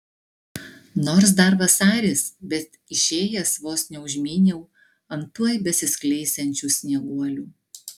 nors dar vasaris bet išėjęs vos neužmyniau ant tuoj besiskleisiančių snieguolių